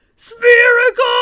Spherical